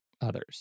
others